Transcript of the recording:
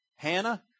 Hannah